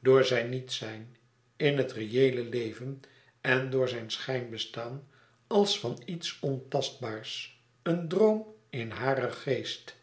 door zijn niet zijn in het reëele leven en door zijn schijnbestaan als van iets ontastbaars een droom in haren geest